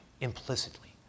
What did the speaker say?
implicitly